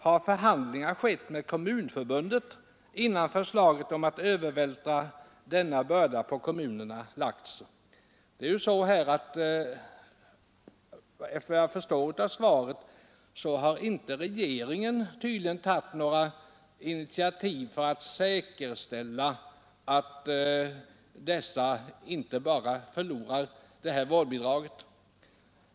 Har förhandlingar förevarit med Svenska kommunförbundet innan förslaget om att övervältra denna börda på kommunerna lagts fram? Efter vad jag förstår av svaret har regeringen inte tagit några initiativ för att säkerställa att fosterföräldrarna inte skall förlora detta vårdbidrag.